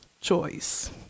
choice